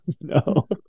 no